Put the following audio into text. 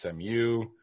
SMU